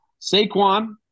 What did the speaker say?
Saquon